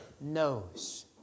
knows